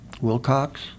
Wilcox